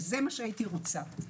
זה מה שהייתי רוצה.